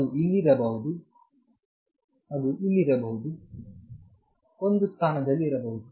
ಅದು ಇಲ್ಲಿರಬಹುದು ಅದು ಇಲ್ಲಿರಬಹುದು ಒಂದು ಸ್ಥಾನದಲ್ಲಿರಬಹುದು